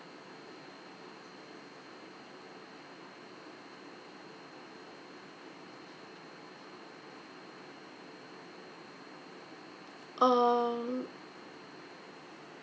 um